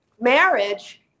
marriage